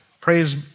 Praise